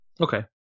Okay